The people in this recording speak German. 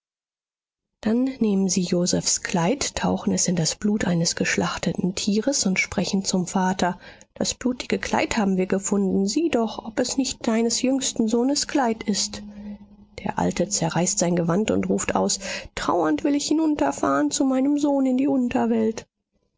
dann nehmen sie josephs kleid tauchen es in das blut eines geschlachteten tieres und sprechen zum vater das blutige kleid haben wir gefunden sieh doch ob es nicht deines jüngsten sohnes kleid ist der alte zerreißt sein gewand und ruft aus trauernd will ich hinunterfahren zu meinem sohn in die unterwelt